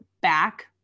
back